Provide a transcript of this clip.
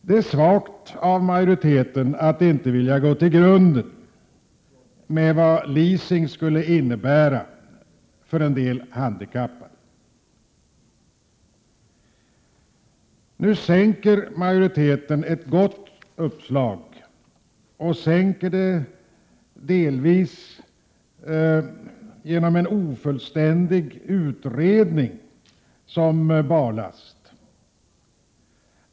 Det är svagt av majoriteten att inte vilja gå grundligare till väga när det gäller att ta reda på vad leasing skulle kunna innebära för en del handikappade. Nu sänker majoriteten ett gott uppslag, med en delvis ofullständig utredning som barlast.